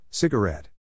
Cigarette